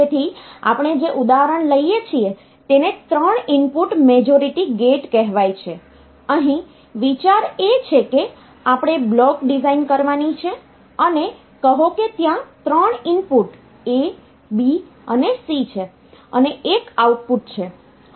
તેથી આપણે જે ઉદાહરણ લઈએ છીએ તેને ત્રણ ઇનપુટ મેજોરીટી ગેટ કહેવાય છે અહીં વિચાર એ છે કે આપણે બ્લોક ડિઝાઇન કરવાની છે અને કહો કે ત્યાં ત્રણ ઇનપુટ A B અને C છે અને એક આઉટપુટ છે